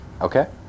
Okay